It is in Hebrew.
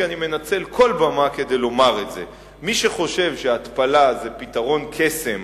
כי אני מנצל כל במה כדי לומר את זה: מי שחושב שהתפלה זה פתרון קסם